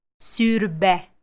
surbe